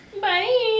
bye